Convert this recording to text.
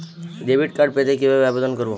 Debit card পেতে কিভাবে আবেদন করব?